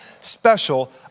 special